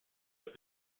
have